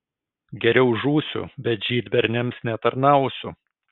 geriau žūsiu bet žydberniams netarnausiu